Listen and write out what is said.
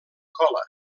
cola